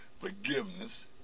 forgiveness